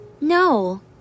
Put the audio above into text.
No